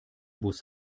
bus